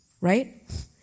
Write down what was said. right